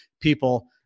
people